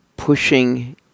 Pushing